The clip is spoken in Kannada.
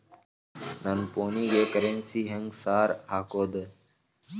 ನನ್ ಫೋನಿಗೆ ಕರೆನ್ಸಿ ಹೆಂಗ್ ಸಾರ್ ಹಾಕೋದ್?